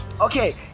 okay